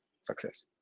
success